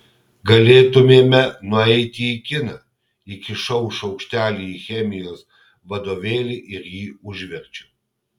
galėtumėme nueiti į kiną įkišau šaukštelį į chemijos vadovėlį ir jį užverčiau